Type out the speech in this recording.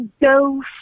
go